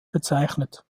bezeichnet